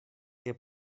que